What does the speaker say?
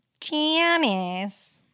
Janice